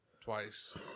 twice